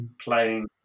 playing